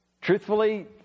Truthfully